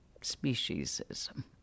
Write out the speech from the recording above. speciesism